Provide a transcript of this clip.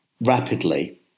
rapidly